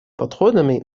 подходами